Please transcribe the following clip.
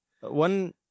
one